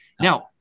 Now